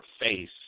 face